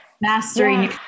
mastering